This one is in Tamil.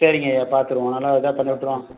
சரிங்கய்யா பார்த்துருவோம் நல்லா இதாக பண்ணி விட்ருவோம்